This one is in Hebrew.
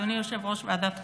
אדוני יושב-ראש ועדת החוקה.